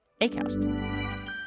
Acast